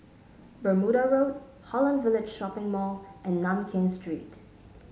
Bermuda Road Holland Village Shopping Mall and Nankin Street